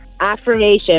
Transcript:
affirmation